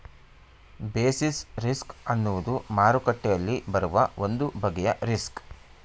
basis risk ಅನ್ನುವುದು ಮಾರುಕಟ್ಟೆಯಲ್ಲಿ ಬರುವ ಒಂದು ಬಗೆಯ ರಿಸ್ಕ್